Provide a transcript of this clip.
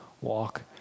walk